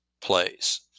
plays